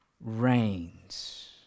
reigns